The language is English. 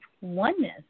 oneness